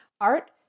Art